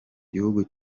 gihugu